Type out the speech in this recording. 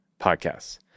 podcasts